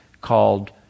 called